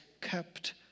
kept